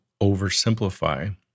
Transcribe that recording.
oversimplify